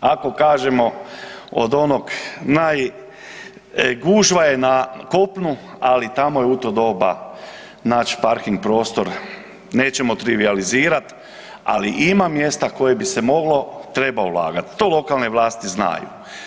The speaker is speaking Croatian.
ako kažemo od onoga naj, gužva je na kopnu, ali tamo je u to doba nać parking prostor nećemo trivijalizirat, ali ima mjesta koje bi se moglo treba ulagat, to lokalne vlasti znaju.